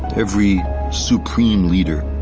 every supreme leader.